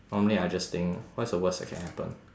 normally I just think what's the worst that can happen